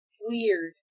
weird